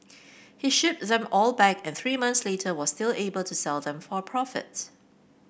he shipped them all back and three months later was still able to sell them for a profits